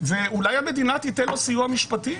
ואולי המדינה תיתן לו סיוע משפטי.